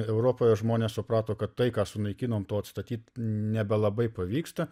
europoje žmonės suprato kad tai ką sunaikinom to atstatyt nebelabai pavyksta